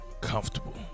Comfortable